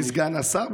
אדוני סגן השר,